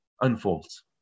unfolds